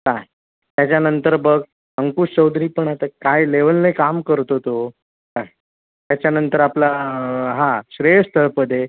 काय त्याच्यानंतर बघ अंकुश चौधरी पण आता काय लेवलने काम करतो तो काय त्याच्यानंतर आपला हा श्रेयस तळपदे